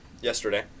yesterday